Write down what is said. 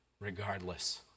regardless